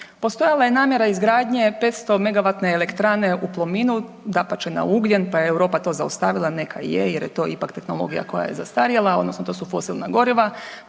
Postojala je namjera izgradnje 500-megavatne elektrane u Plomini, dapače na ugljen pa je Europa to zaustavila, neka je jer je to ipak tehnologija koja je zastarjela odnosno to su fosilna goriva,